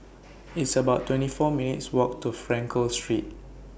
It's about twenty four minutes' Walk to Frankel Street